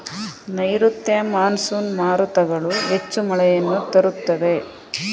ನೈರುತ್ಯ ಮಾನ್ಸೂನ್ ಮಾರುತಗಳು ಹೆಚ್ಚು ಮಳೆಯನ್ನು ತರುತ್ತವೆ